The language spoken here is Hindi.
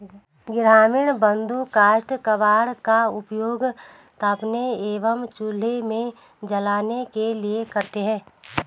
ग्रामीण बंधु काष्ठ कबाड़ का उपयोग तापने एवं चूल्हे में जलाने के लिए करते हैं